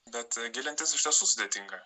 bet gilintis iš tiesų sudėtinga